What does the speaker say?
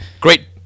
Great